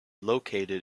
located